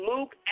Luke